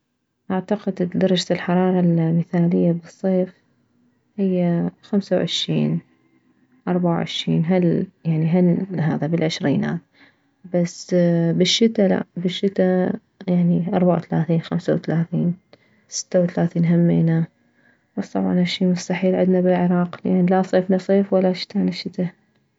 اعتقد درجة الحرارة المثالية بالصيف هي خمسة وعشرين اربعة وعشرين هال يعني هالهذا بالعشرينات بس بالشتا لا بالشتا يعني اربعة وثلاثين خمسة وثلاثين ستة وثلاثين همينه بس طبعا هذا الشي مستحيل عدنا بالعراق لان لا صيفنا صيف ولا شتانا شتا